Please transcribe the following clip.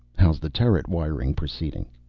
how's the turret wiring proceeding?